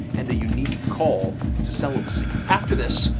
and the unique call to celibacy. after this,